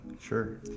Sure